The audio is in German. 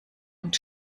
und